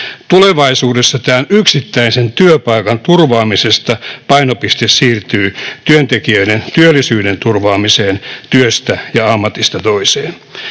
Tulevaisuudessa painopiste siirtyy yksittäisen työpaikan turvaamisesta työntekijöiden työllisyyden turvaamiseen työstä ja ammatista toiseen.